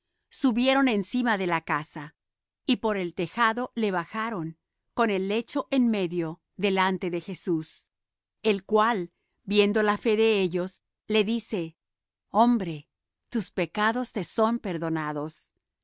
subieron encima de la casa y por el tejado le bajaron con el lecho en medio delante de jesús el cual viendo la fe de ellos le dice hombre tus pecados te son perdonados